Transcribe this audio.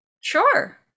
Sure